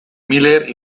miller